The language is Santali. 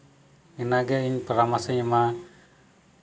ᱤᱱᱟᱹᱜᱮ ᱤᱧ ᱯᱚᱨᱟᱢᱚᱥᱚᱧ ᱮᱢᱟ